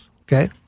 okay